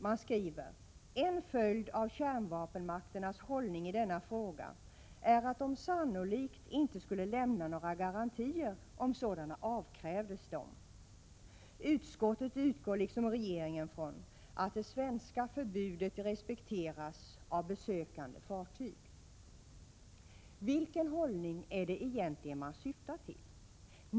Man skriver: ”En följd av kärnvapenmakternas hållning i denna fråga är att de sannolikt inte skulle lämna några garantier om sådana avkrävdes dem. -—-- Utskottet utgår liksom regeringen från att det svenska förbudet respekteras av besökande örlogsfartyg.” Vilken hållning är det man syftar till egentligen?